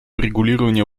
урегулирования